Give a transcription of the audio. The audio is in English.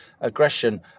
aggression